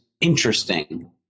interesting